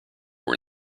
were